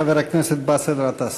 חבר הכנסת באסל גטאס.